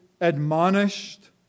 admonished